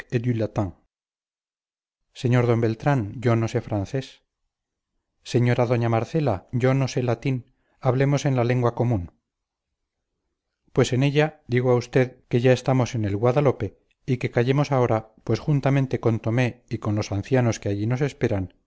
du latin señor d beltrán yo no sé francés señora doña marcela yo no sé latín hablemos en la lengua común pues en ella digo a usted que ya estamos en el guadalope y que callemos ahora pues juntamente con tomé y con los ancianos que allí nos esperan